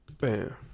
Bam